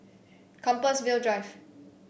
Compassvale Drive